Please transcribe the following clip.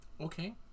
okay